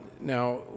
Now